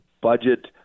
budget